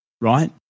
right